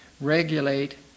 regulate